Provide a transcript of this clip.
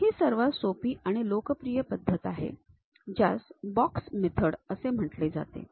ही सर्वात सोपी आणि लोकप्रिय पद्धत आहे ज्यास बॉक्स मेथड असे म्हटले जाते